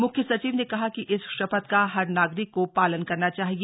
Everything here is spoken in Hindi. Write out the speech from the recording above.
मुख्य सचिव ने कहा कि इस शपथ का हर नागरिक को पालन करना चाहिए